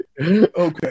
okay